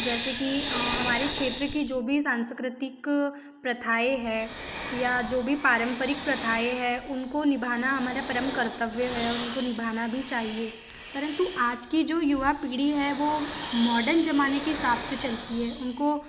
जैसे कि हमारे क्षेत्र की जो भी सांस्कृतिक प्रथाएँ हैं या जो भी पारंपरिक प्रथाएँ हैं उनको निभाना हमारा परम कर्तव्य है और उनको निभाना भी चाहिए परंतु आज की जो युवा पीढ़ी है वो मॉडर्न ज़माने के हिसाब से चलती है उनको